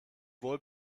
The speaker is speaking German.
wohl